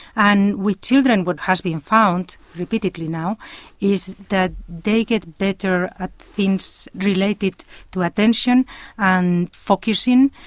and with children what has been found repeatedly now is that they get better at things related to attention and focusing.